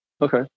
Okay